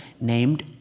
named